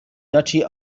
duchy